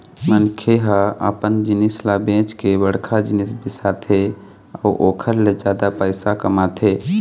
मनखे ह अपने जिनिस ल बेंच के बड़का जिनिस बिसाथे अउ ओखर ले जादा पइसा कमाथे